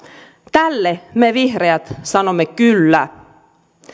tälle me vihreät sanomme kyllä